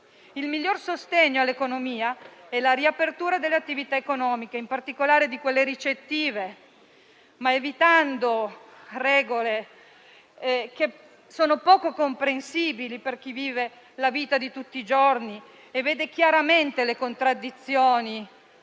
Il miglior sostegno all'economia è la riapertura delle attività economiche, in particolare di quelle ricettive, ma evitando regole poco comprensibili - io le chiamerei regole arbitrarie - per chi vive la vita di tutti i giorni e vede chiaramente le contraddizioni.